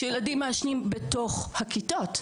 שילדים מעשנים בתוך הכיתות.